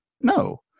No